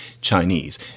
Chinese